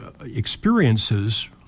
experiences